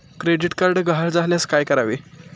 Credit card गहाळ झाल्यास काय करावे?